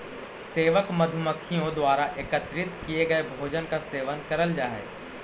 सेवक मधुमक्खियों द्वारा एकत्रित किए गए भोजन का सेवन करल जा हई